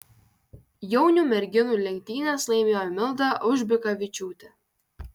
jaunių merginų lenktynes laimėjo milda aužbikavičiūtė